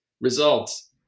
results